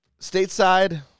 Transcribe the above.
Stateside